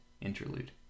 Interlude